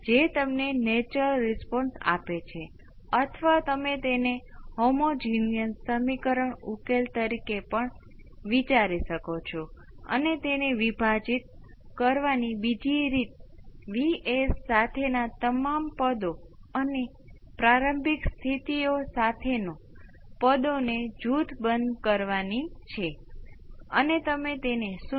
તો હવે આ V c માટે ઉકેલ શોધો તે છે જે હું ઇચ્છું છું કે ફક્ત તમામ ચલને અવેજીમાં લાવીએ અને તેને ફક્ત તે દ્રષ્ટિએ શોધો કે કૃપા કરીને આ બેની જેમ માત્ર થોડી મૂર્ખામી કરો અને જમણી બાજુ 0 મેળવો જે બધુ જ છે ઉકેલ શું છે